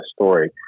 story